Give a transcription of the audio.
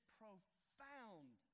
profound